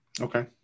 Okay